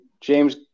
James